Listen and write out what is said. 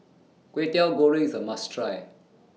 Kway Teow Goreng IS A must Try